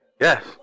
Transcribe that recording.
Yes